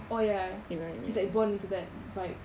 oh ya ya he's like born into that vibe